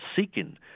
seeking